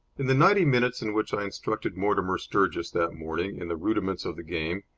in the ninety minutes in which i instructed mortimer sturgis that morning in the rudiments of the game,